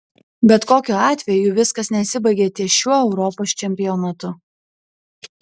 bet kokiu atveju viskas nesibaigia ties šiuo europos čempionatu